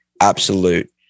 absolute